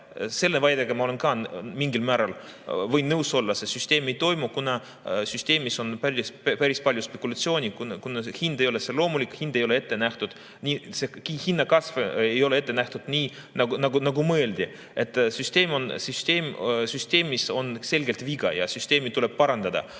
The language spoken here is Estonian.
selle väitega ma võin mingil määral nõus olla. See süsteem ei toimi, kuna süsteemis on päris palju spekulatsiooni. See loomulik hind ei ole ette nähtud, see hinnakasv ei ole ette nähtud nii, nagu mõeldi. Süsteemis on selgelt viga ja süsteemi tuleb parandada.